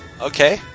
Okay